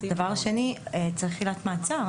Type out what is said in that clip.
דבר שני, צריך עילת מעצר.